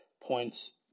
points